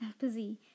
Busy